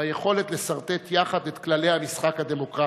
ביכולת לסרטט יחד את כללי המשחק הדמוקרטי,